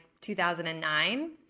2009